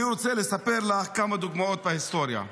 אני רוצה לספר לך כמה דוגמאות מההיסטוריה.